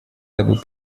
дабы